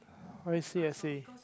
I see I see